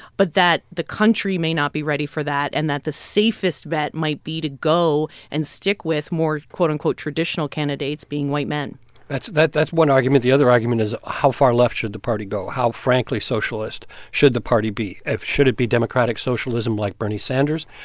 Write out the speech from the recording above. but that the country may not be ready for that and that the safest bet might be to go and stick with more, quote-unquote, traditional candidates, being white men that's one argument. the other argument is, how far left should the party go? how frankly socialist should the party be? ah should it be democratic socialism like bernie sanders?